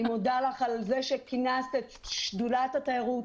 אני מודה לך שכינסת את שדולת התיירות,